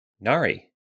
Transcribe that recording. Nari